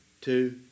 two